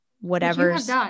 Whatever's